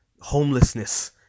homelessness